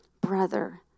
brother